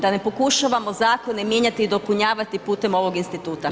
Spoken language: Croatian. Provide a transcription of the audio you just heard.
Da ne pokušavamo zakone mijenjati i dopunjavati putem ovog instituta.